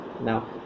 now